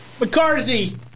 McCarthy